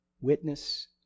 witness